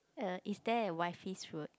uh is there a wifey's road